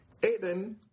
Aiden